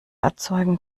erzeugen